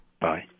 Bye